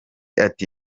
ati